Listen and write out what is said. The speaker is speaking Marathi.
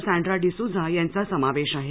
सॅंड्रा डिसुझा यांचा समावेश आहे